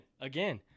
Again